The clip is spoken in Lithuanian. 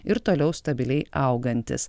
ir toliau stabiliai augantis